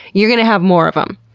you're gonna have more of them.